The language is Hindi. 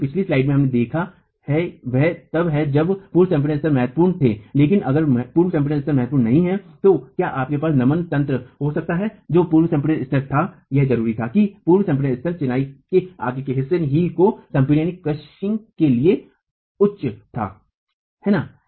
लेकिन पिछली स्लाइड्स में हमने जो देखा है वह तब है जब पूर्व संपीडन स्तर महत्वपूर्ण थेलेकिन अगर पूर्व संपीडन स्तर महत्वपूर्ण नहीं है तो क्या आपके पास नमन तंत्र हो सकता है जो पूर्व संपीडन स्तर था यह जरूरी था कि पूर्व संपीड़न स्तर चिनाई में आगे के हिस्से को संपीडन के लिए उच्च था हेना